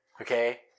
Okay